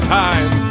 time